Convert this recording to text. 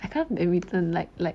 I come from every turn like like